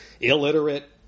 illiterate